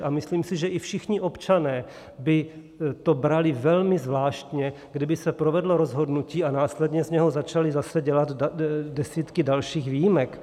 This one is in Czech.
A myslím si, že i všichni občané by to brali velmi zvláštně, kdyby se provedlo rozhodnutí a následně z něj začaly zase dělat desítky dalších výjimek.